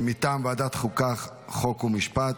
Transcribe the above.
מטעם ועדת החוקה, חוק ומשפט,